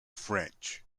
french